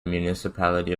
municipality